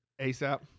ASAP